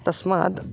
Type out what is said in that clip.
तस्मात्